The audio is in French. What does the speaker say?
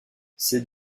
ces